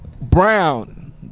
Brown